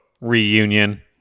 reunion